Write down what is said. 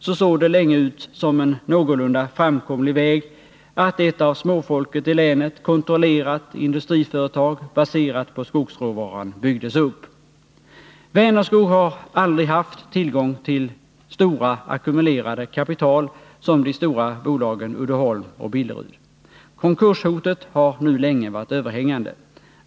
Det såg länge ut som om en någorlunda framkomlig väg skulle vara att bygga upp ett av småfolket i länet kontrollerat industriföretag, baserat på skogsråvaran. Vänerskog har aldrig haft tillgång till stora ackumulerade kapital som de stora bolagen Uddeholm och Billerud. Konkurshotet har länge varit överhängande.